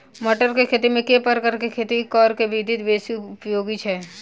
मटर केँ खेती मे केँ प्रकार केँ खेती करऽ केँ विधि बेसी उपयोगी छै?